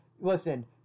listen